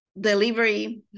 delivery